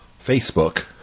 Facebook